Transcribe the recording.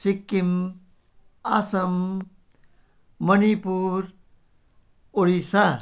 Sikkim Assam Manipur Odisha